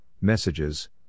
messages